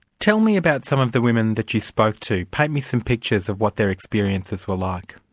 tell me about some of the women that you spoke to. paint me some pictures of what their experiences were like.